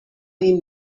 این